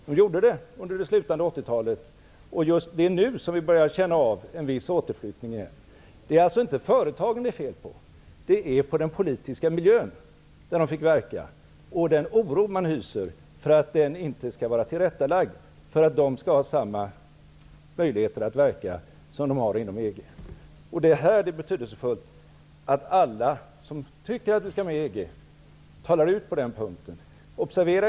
De gjorde det under slutet av 1980 talet. Just nu börjar vi känna av en viss återflyttning. Det är alltså inte fel på företagen utan på den politiska miljön där de skall verka. Företagen är oroliga för att den politiska miljön i Sverige inte skall vara så tillrättalagd att de har samma möjligheter att verka här som inom EG. Det är därför betydelsefullt att alla som tycker att vi skall vara med i EG talar ut på denna punkt.